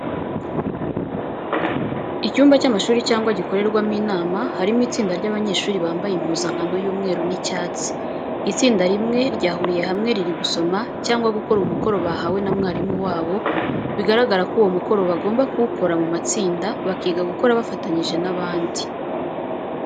Icyumba cy'amashuri cyangwa gikorerwamo inama, harimo itsinda ry'abanyeshuri bambaye impuzankano y'umweru n'icyatsi. Itsinda rimwe ryahuriye hamwe riri gusoma cyangwa gukora umukoro bahawe na mwarimu wabo, bigaragara ko uwo mukoro bagomba ku wukora mu matsinda, bakiga gukora bafatanyije n'abandi.